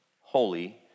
holy